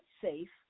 safe